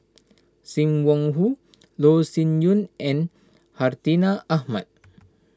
Sim Wong Hoo Loh Sin Yun and Hartinah Ahmad